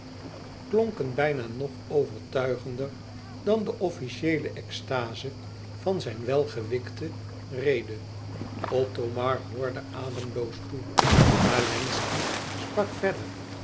klonken bijna nog overtuigender dan de officieele extaze van zijn welgewikte rede othomar hoorde ademloos toe maar wlenzci sprak verder